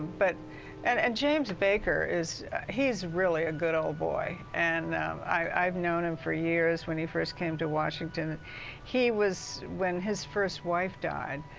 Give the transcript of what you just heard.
but and and james baker, he's really a good ole boy. and i've known him for years when he first came to washington. and he was, when his first wife died,